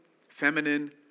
feminine